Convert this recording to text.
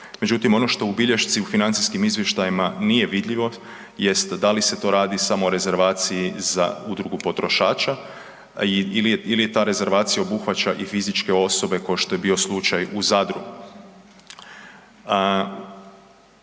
Međutim, ono što u bilješci u financijskim izvještajima nije vidljivo jest da li se to radi samo o rezervaciji za Udrugu potrošača ili ta rezervacija obuhvaća i fizičke osobe kao što je bio slučaj u Zadru.